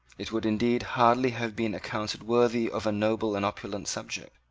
it would, indeed, hardly have been accounted worthy of a noble and opulent subject.